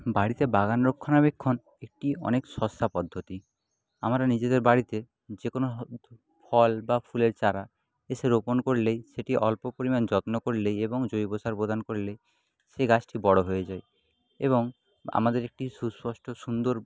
বাড়িতে বাগান রক্ষণাবেক্ষণ একটি অনেক সস্তা পদ্ধতি আমার নিজেদের বাড়িতে যেকোনো ফল বা ফুলের চারা কিছু রোপণ করলেই সেটি অল্প পরিমাণ যত্ন করলেই এবং জৈব সার প্রদান করলেই সে গাছটি বড়ো হয়ে যায় এবং আমাদের একটি সুস্পষ্ট সুন্দর